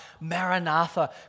Maranatha